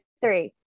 three